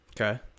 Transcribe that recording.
Okay